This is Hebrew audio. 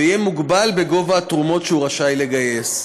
ויהיה מוגבל בסכומי התרומות שהוא רשאי לגייס.